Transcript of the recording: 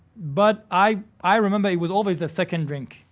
but i i remember it was always the second drink,